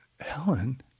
Helen